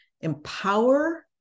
Empower